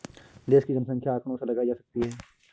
देश की जनसंख्या आंकड़ों से लगाई जा सकती है